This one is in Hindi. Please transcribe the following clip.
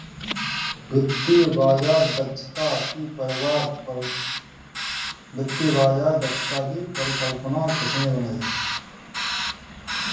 वित्तीय बाजार दक्षता की परिकल्पना किसने बनाई?